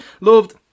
Loved